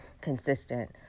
consistent